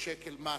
שקל מס,